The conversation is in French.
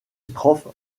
strophes